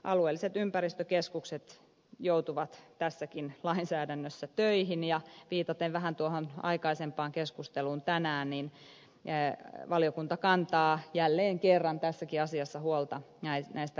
alueelliset ympäristökeskukset joutuvat tässäkin lainsäädännössä töihin ja viitaten vähän tuohon aikaisempaan keskusteluun tänään valiokunta kantaa jälleen kerran tässäkin asiassa huolta näistä resursseista